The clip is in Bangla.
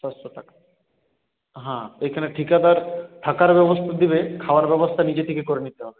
সাতশো টাকা হ্যাঁ এইখানে ঠিকাদার থাকার ব্যবস্থা দেবে খাওয়ার ব্যবস্থা নিজে থেকে করে নিতে হবে